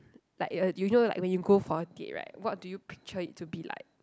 like uh you know like when you go for a date right what do you picture it to be like